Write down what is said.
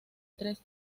tres